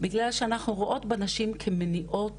בגלל שאנחנו רואות בנשים כמניעות